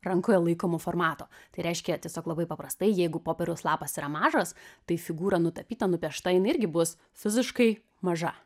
rankoje laikomo formato tai reiškia tiesiog labai paprastai jeigu popieriaus lapas yra mažas tai figūra nutapyta nupiešta jinai irgi bus fiziškai maža